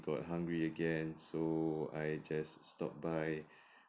got hungry again so I just stopped by